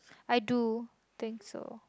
I do think so